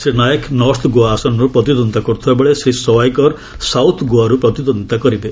Shri Naik north Goa ଆସନରୁ ପ୍ରତିଦ୍ୱନ୍ଦ୍ୱିତା କରୁଥିବାବେଳେ ଶ୍ରୀ ସଓ୍ୱାଇକର ସାଉଥ୍ ଗୋଆରୁ ପ୍ରତିଦ୍ୱନ୍ଦ୍ୱିତା କରିବେ